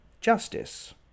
justice